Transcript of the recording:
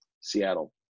Seattle